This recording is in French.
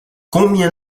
combien